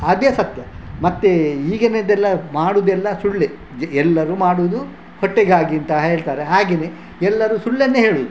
ಅದೇ ಸತ್ಯ ಮತ್ತೆ ಈಗಿನದ್ದೆಲ್ಲ ಮಾಡುವುದೆಲ್ಲ ಸುಳ್ಳೇ ಜ್ ಎಲ್ಲರೂ ಮಾಡುವುದು ಹೊಟ್ಟೆಗಾಗಿ ಅಂತ ಹೇಳ್ತಾರೆ ಹಾಗೆಯೇ ಎಲ್ಲರೂ ಸುಳ್ಳನ್ನೇ ಹೇಳುವುದು